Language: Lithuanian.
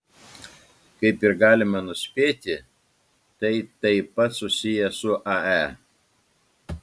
kaip ir galima nuspėti tai taip pat susiję su ae